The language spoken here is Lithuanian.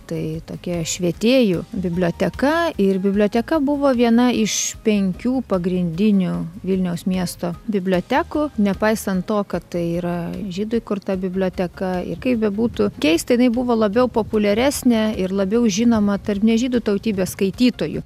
tai tokie švietėju biblioteka ir biblioteka buvo viena iš penkių pagrindinių vilniaus miesto bibliotekų nepaisant to kad tai yra žydų įkurta biblioteka ir kaip bebūtų keista jinai buvo labiau populiaresnė ir labiau žinoma tarp ne žydų tautybės skaitytojų